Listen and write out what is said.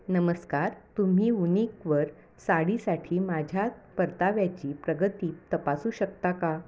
नमस्कार तुम्ही वूनिकवर साडीसाठी माझ्या परताव्याची प्रगती तपासू शकता का